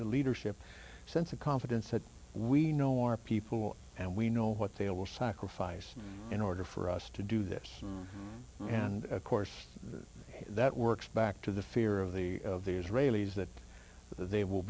the leadership sense of confidence that we know our people and we know what they will sacrifice in order for us to do this and of course that works back to the fear of the of the israelis that they will